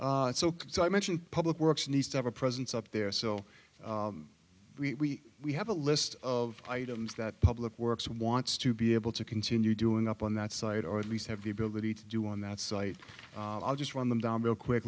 soak so i mentioned public works needs to have a presence up there so we we have a list of items that public works wants to be able to continue doing up on that site or at least have the ability to do on that site i'll just run them down real quick